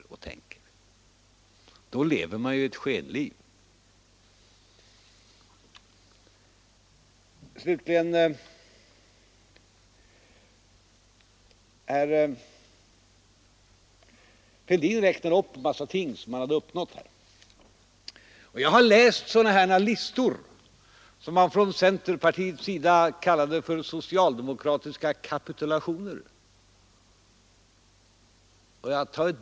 Då lever man ett skenliv. Herr Fälldin räknade upp en massa ting som uppnåtts. Jag har läst listor på sådant som centerpartiet kallar för socialdemokratiska kapitulationer.